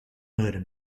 murder